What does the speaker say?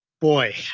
Boy